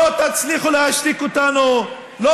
לא תצליחו להשתיק אותנו, תודה.